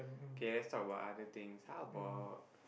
K let's talk about other things how about